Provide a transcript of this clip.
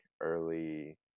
early